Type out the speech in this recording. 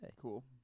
cool